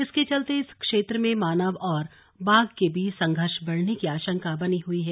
इसके चलते इस क्षेत्र में मानव और बाघ के बीच संघर्ष बढ़ने की आशंका बनी हुई है